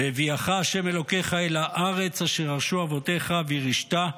והביאך ה' אלוקיך אל הארץ אשר ירשו אבותיך וירשת,